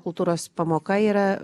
kultūros pamoka yra